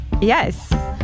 Yes